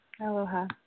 Aloha